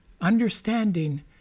understanding